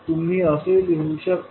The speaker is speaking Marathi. तुम्ही असे लिहू शकता